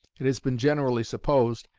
it has been generally supposed,